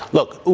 look,